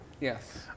Yes